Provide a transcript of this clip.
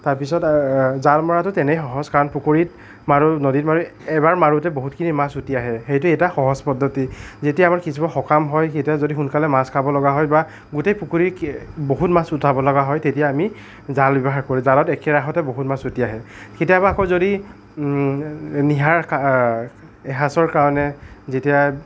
তাৰপিছত জাল মৰাটো তেনেই সহজ কাৰণ পুখুৰীত মাৰোঁ নদীত এবাৰ মাৰোঁতে বহুতখিনি মাছ উঠি আহে সেইটো এটা সহজ পদ্ধতি যেতিয়া আমাৰ কিছুমান সকাম হয় এতিয়া যদি সোনকালে মাছ খাব লগা হয় বা গোটেই পুখুৰী বহুত মাছ উঠাব লগা হয় তেতিয়া আমি জাল ব্যৱহাৰ কৰোঁ জালত একেৰাহতে বহুত মাছ উঠি আহে কেতিয়াবা আকৌ যদি নিশাৰ এসাজৰ কাৰণে যেতিয়া